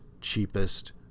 cheapest